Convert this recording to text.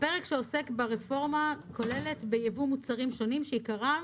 הפרק שעוסק ברפורמה כוללת בייבוא מוצרים שונים שעיקרם